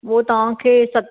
उहो तव्हांखे सत